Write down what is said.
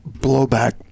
blowback